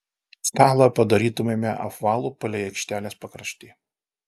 stalą padarytumėme apvalų palei aikštelės pakraštį